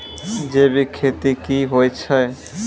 जैविक खेती की होय छै?